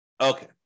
Okay